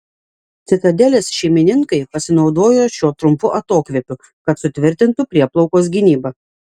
citadelės šeimininkai pasinaudojo šiuo trumpu atokvėpiu kad sutvirtintų prieplaukos gynybą